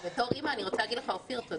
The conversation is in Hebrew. כאימא אני רוצה לומר לך תודה.